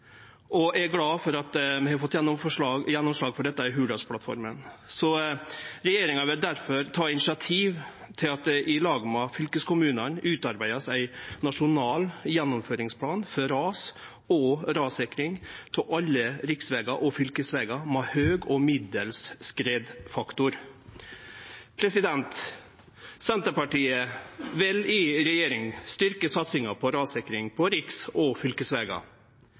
og eg er glad for at vi har fått gjennomslag for dette i Hurdalsplattforma. Regjeringa vil difor ta initiativ til at det i lag med fylkeskommunane vert utarbeidd ein nasjonal gjennomføringsplan for ras- og skredsikring av alle riksvegar og fylkesvegar med høg og middels skredfaktor. Senterpartiet vil i regjering styrkje satsinga på rassikring av riks- og fylkesvegar,